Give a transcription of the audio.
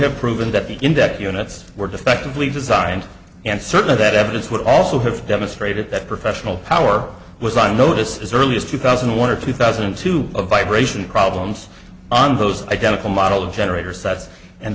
have proven that the index units were defectively designed and certain of that evidence would also have demonstrated that professional power was on notice as early as two thousand and one or two thousand and two a vibration problems on those identical model of generator sets and